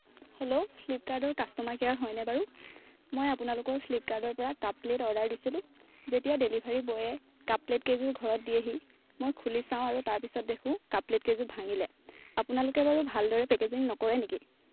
hello ফ্লিপকাৰ্টৰ customer care হয়নে বাৰু মই আপোনালোকৰ ফ্লিপকাৰ্টৰ পৰা কাপ প্লেট অৰ্ডাৰ দিছিলোঁ যেতিয়া ডেলিভাৰী বয়ে কাপ প্লেট কেইযোৰ ঘৰত দিয়েহি মই খুলি চাওঁ আৰু তাৰপিছত দেখোঁ কাপ প্লেটকেইযোৰ ভাঙিলে আপোনালোকে বাৰু ভালদৰে পেকেজিং নকৰে নেকি